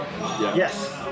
Yes